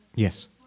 Yes